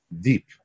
deep